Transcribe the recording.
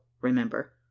remember